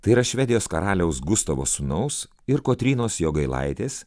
tai yra švedijos karaliaus gustavo sūnaus ir kotrynos jogailaitės